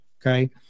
Okay